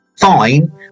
fine